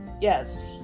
Yes